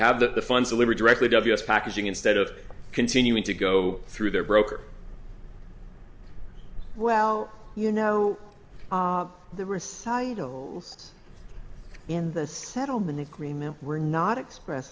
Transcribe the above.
have the funds delivered directly ws packaging instead of continuing to go through their broker well you know there were things in the settlement agreement were not express